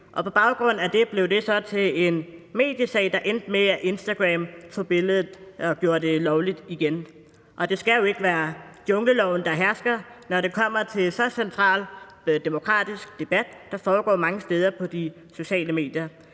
På baggrund af det blev det så til en mediesag, der endte med, at Instagram gjorde billedet lovligt igen. Og det skal jo ikke være jungleloven, der hersker, når det kommer til en så central demokratisk debat, der foregår mange steder på de sociale medier.